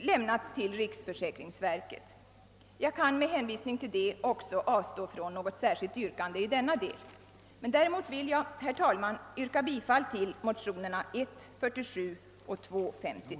lämnats till riksförsäkringsverket. Jag kan med hänvisning till detta också avstå från att ställa något särskilt yrkande i denna del. — Däremot vill jag, herr talman, yrka bifall till motionerna I:47 och II: 53.